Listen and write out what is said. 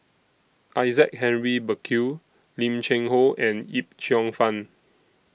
Isaac Henry Burkill Lim Cheng Hoe and Yip Cheong Fun